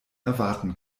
erwarten